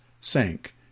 sank